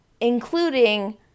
including